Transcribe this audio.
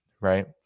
right